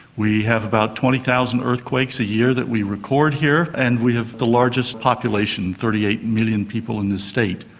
we have about twenty thousand earthquakes a year that we record here, and we have the largest population, thirty eight million people in this state.